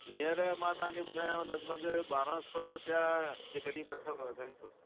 हींअर मां तव्हांखे ॿुधायांव लॻभॻि बारहां सौ रुपया जे क़रीब अथव घन फ़ुटु